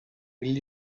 will